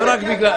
לא יגיע קהל.